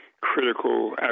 critical